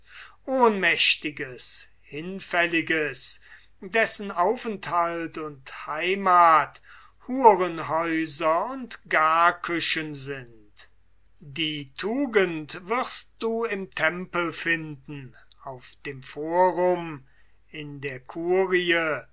ohnmächtiges hinfälliges dessen aufenthalt und heimat hurenhäuser und garküchen sind die tugend wirst du im tempel finden auf dem forum in der furie